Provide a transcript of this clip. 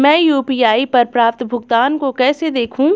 मैं यू.पी.आई पर प्राप्त भुगतान को कैसे देखूं?